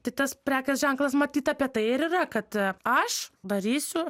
tai tas prekės ženklas matyt apie tai ir yra kad aš darysiu